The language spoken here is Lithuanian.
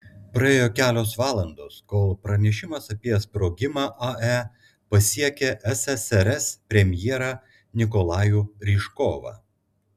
praėjo kelios valandos kol pranešimas apie sprogimą ae pasiekė ssrs premjerą nikolajų ryžkovą